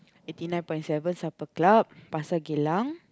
eighty nine point seven Supper Club Pasir-Geylang